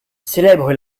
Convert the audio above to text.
célèbre